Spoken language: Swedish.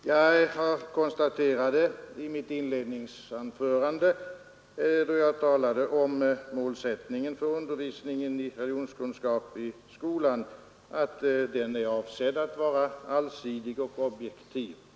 Jag konstaterade i mitt inledningsanförande, då jag talade om målsättningen för undervisning i religionskunskap i skolan, att den är avsedd att vara allsidig och objektiv.